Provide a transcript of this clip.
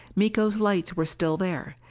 miko's lights were still there.